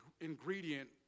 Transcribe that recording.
ingredient